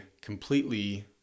completely